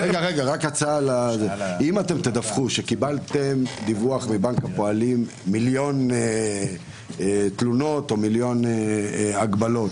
אם תדווחו שקיבלתם דיווח מבנק הפועלים מיליון תלונות או מיליון הגבלות,